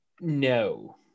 No